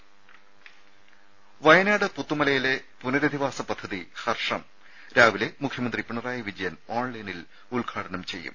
രുമ വയനാട് പുത്തുമലയിലെ പുനരധിവാസ പദ്ധതി ഹർഷം രാവിലെ മുഖ്യമന്ത്രി പിണറായി വിജയൻ ഓൺലൈനിൽ ഉദ്ഘാടനം ചെയ്യും